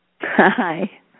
Hi